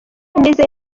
nizeye